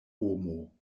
homo